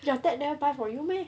your dad never buy for you meh